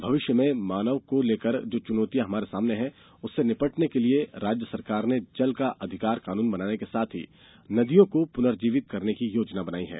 भविष्य में पानी को लेकर जो चुनौतियाँ हमारे सामने हैं उससे निपटने के लिये राज्य सरकार ने ष्जल का अधिकारष् कानून बनाने के साथ ही नदियों को पुनर्जीवित करने की योजना बनाई है